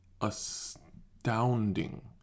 astounding